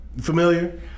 Familiar